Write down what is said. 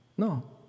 No